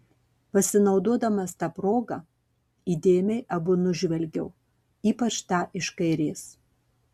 pasinaudodamas ta proga įdėmiai abu nužvelgiau ypač tą iš kairės